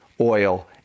oil